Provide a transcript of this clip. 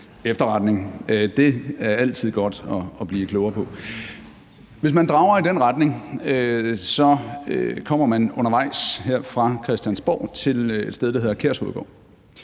efterretning. Det er altid godt at blive klogere på. Hvis man drager i den retning, så kommer man undervejs her fra Christiansborg til et sted, der hedder Kærshovedgård,